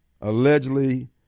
Allegedly